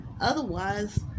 Otherwise